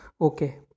okay